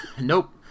Nope